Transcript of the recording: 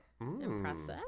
Impressive